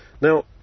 Now